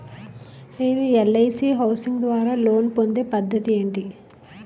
నేను LIC housing ద్వారా loan పొందే పద్ధతి ఏంటి?